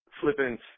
flippant